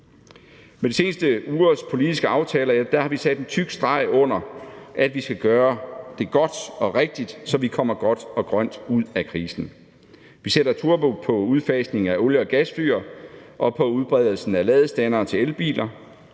Med de seneste ugers politiske aftaler har vi sat en tyk streg under, at vi skal gøre det godt og rigtigt, så vi kommer godt og grønt ud af krisen. Vi sætter turbo på udfasningen af olie- og gasfyr og på udbredelsen af ladestandere til elbiler,